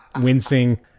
wincing